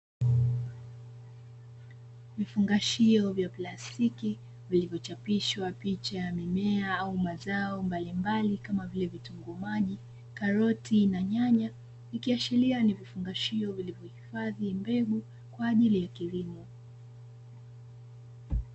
Vifungashio vya plastiki vilivyochapishwa picha ya mimea au mazao mbalimbali kama vile: vitunguu maji, karoti na nyanya. Ikiashiria ni vifungashio vilivyohifadhi mbegu kwa ajili ya kilimo.